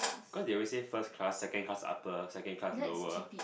cause they always say first class second class second class upper second class lower